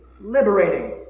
liberating